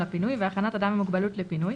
הפינוי והכנת אדם עם מוגבלות לפינוי,